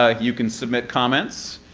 ah you can submit comments.